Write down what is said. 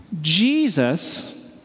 Jesus